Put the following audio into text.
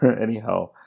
Anyhow